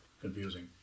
confusing